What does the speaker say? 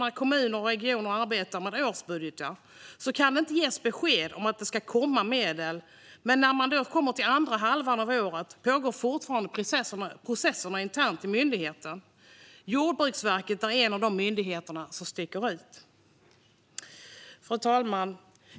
När kommuner och regioner arbetar med årsbudgetar kan de inte få besked om att det ska komma medel. När företagen kommer till andra halvan av året pågår fortfarande processerna internt i myndigheterna. Jordbruksverket är en av myndigheterna som sticker ut. Fru talman!